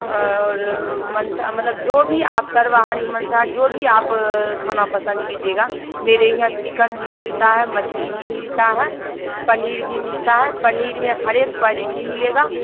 और मनसा मतलब जो भी आप सर्वाहारी मांसहारी जो भी आप खाना पसंद कीजिएगा मेरे यहाँ चिकन भी मिलता है मछली भी मिलता है पनीर भी मिलता है पनीर में हर एक क्वालिटी मिलेगा